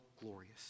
glorious